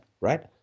right